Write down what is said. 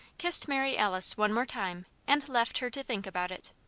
kissed mary alice one more time, and left her to think about it.